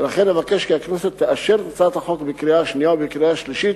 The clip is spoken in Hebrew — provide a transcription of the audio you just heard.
ולכן אבקש כי הכנסת תאשר את הצעת החוק בקריאה שנייה ובקריאה שלישית